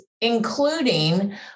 including